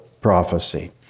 prophecy